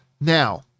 Now